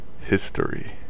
history